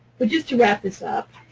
but just to wrap this up.